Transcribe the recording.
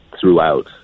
throughout